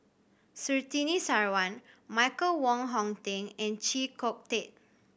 Surtini Sarwan Michael Wong Hong Teng and Chee Kong Tet